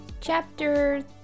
chapter